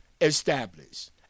Established